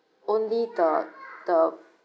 only the the